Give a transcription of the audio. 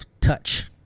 touch